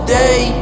day